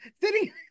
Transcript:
sitting